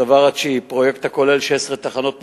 הדבר התשיעי, פרויקט הכולל 16 תחנות משטרה,